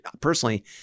Personally